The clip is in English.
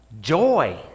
Joy